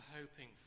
hoping